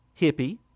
hippie